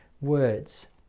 words